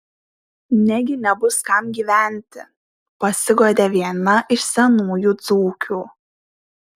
negi nebus kam gyventi pasiguodė viena iš senųjų dzūkių